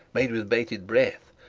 made with bated breath,